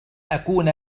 أكون